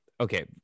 Okay